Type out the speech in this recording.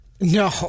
No